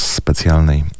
specjalnej